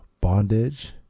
bondage